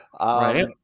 Right